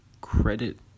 credit